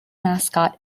mascot